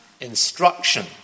instruction